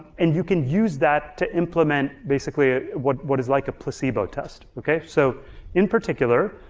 and you can use that to implement basically ah what what is like a placebo test, okay? so in particular,